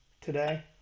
today